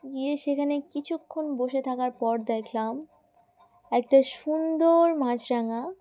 গিয়ে সেখানে কিছুক্ষণ বসে থাকার পর দেখলাম একটা সুন্দর মাছরাঙা